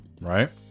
right